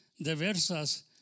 diversas